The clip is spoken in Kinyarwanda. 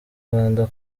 rwanda